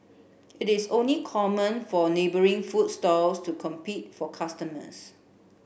it is only common for neighbouring food stalls to compete for customers